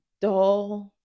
dull